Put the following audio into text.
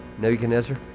Nebuchadnezzar